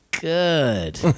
good